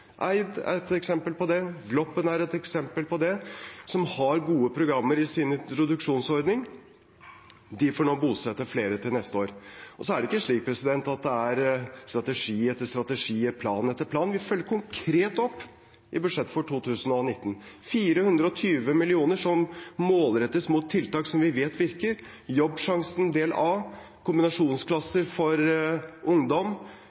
Eid er et eksempel på det. Gloppen er et eksempel på det. De som har gode programmer i sin introduksjonsordning, får bosette flere til neste år. Det er ikke slik at det er strategi etter strategi, plan etter plan. Vi følger konkret opp i budsjettet for 2019: 420 mill. kr målrettes mot tiltak som vi vet virker, Jobbsjansen del A, kombinasjonsklasser for ungdom,